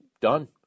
done